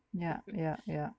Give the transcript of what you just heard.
ya ya ya